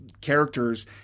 characters